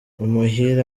umuhire